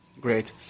Great